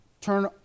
turn